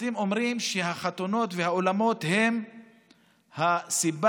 אתם אומרים שהחתונות והאולמות הם הסיבה